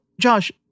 Josh